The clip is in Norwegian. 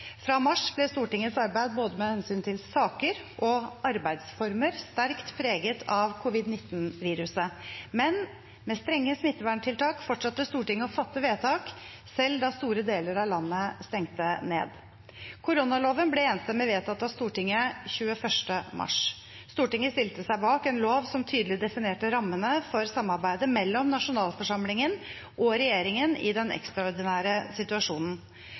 Fra mars ble Stortingets arbeid med hensyn til både saker og arbeidsformer sterkt preget av covid-19-viruset, men med strenge smitteverntiltak fortsatte Stortinget å fatte vedtak selv da store deler av landet stengte ned. Koronaloven ble enstemmig vedtatt av Stortinget 21. mars. Stortinget stilte seg bak en lov som tydelig definerte rammene for samarbeidet mellom nasjonalforsamlingen og regjeringen i den ekstraordinære situasjonen.